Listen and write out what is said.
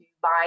buy